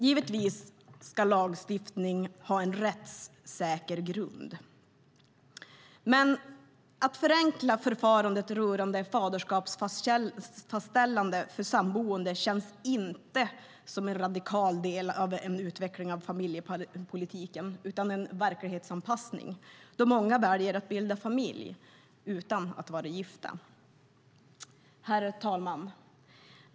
Givetvis ska lagstiftning ha en rättssäker grund, men att förenkla förfarandet rörande faderskapsfastställande för samboende känns inte som en radikal utveckling av familjepolitiken utan som en verklighetsanpassning, eftersom många väljer att bilda familj utan att vara gifta. Herr talman!